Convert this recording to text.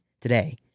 today